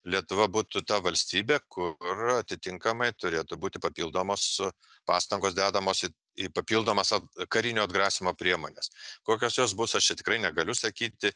lietuva būtų ta valstybė kur atitinkamai turėtų būti papildomos pastangos dedamos į į papildomas a karinio atgrasymo priemones kokios jos bus aš čia tikrai negaliu sakyti